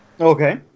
Okay